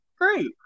Great